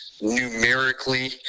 Numerically